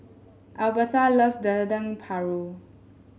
Albertha loves Dendeng Paru